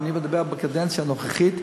אני מדבר על הקדנציה הנוכחית.